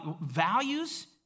values